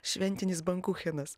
šventinis bankuchenas